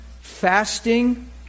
fasting